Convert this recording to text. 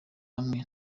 hamwe